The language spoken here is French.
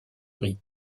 riz